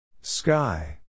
Sky